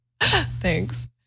Thanks